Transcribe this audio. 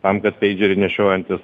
tam kad peidžerį nešiojantis